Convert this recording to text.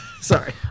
sorry